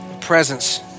presence